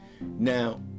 Now